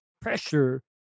pressure